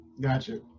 Gotcha